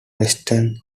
western